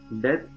death